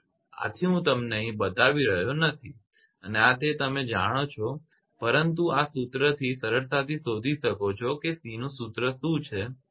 આથી હું તમને અહીં બતાવી રહ્યો નથી અને આ તે તમે જાણો છો પરંતુ તમે આ સૂત્રથી સરળતાથી શોધી શકો છો કે C નું સૂત્ર શું છે બરાબર